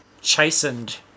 chastened